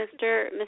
Mr